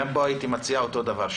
גם פה הייתי מציע אותו דבר.